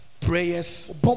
prayers